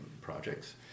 projects